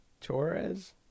Torres